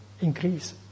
increase